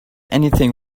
anything